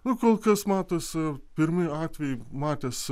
nu kol kas matosi pirmąjį atvejį matęs